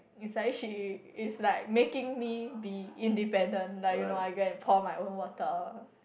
is like she is like making me be independent like you know I go and pour my own water